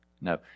no